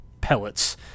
pellets